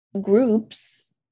groups